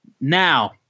Now